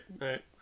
right